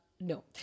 no